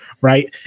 Right